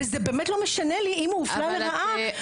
וזה באמת לא משנה אם הוא הופלה לרעה,